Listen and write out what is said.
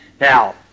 now